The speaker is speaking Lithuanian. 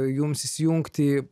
jums įsijungti į